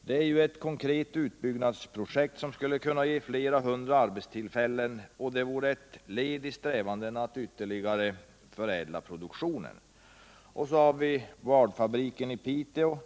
Det är ett konkret utbyggnadsprojekt som skulle kunna ge flera hundra arbetstillfällen, och det vore ett led i strävandena att ytterligare förädla produktionen. Och så har vi boardfabriken i Piteå.